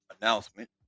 announcement